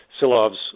Silov's